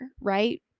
right